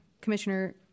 Commissioner